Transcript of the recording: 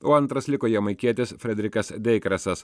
o antras liko jamaikietis frederikas deikresas